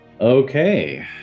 Okay